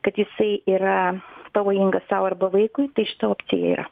kad jisai yra pavojingas sau arba vaikui tai šita opcija yra